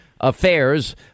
affairs